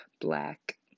black